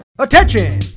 Attention